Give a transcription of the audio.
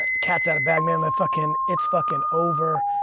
ah cat's outta bag, man. that fuckin', it's fuckin' over.